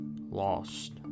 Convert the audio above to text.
lost